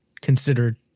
considered